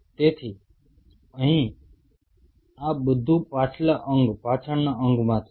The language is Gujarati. તેથી અહીં પણ આ બધું પાછલા અંગ પાછળના અંગમાંથી છે